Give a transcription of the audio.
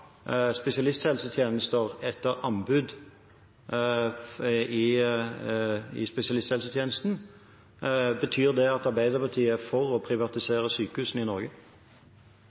spesialisthelsetjenester etter anbud i spesialisthelsetjenesten, betyr det at Arbeiderpartiet er for å privatisere sykehusene i Norge?